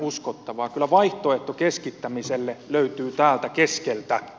kyllä vaihtoehto keskittämiselle löytyy täältä keskeltä